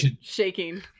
shaking